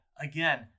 again